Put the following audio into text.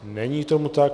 Není tomu tak.